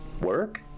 Work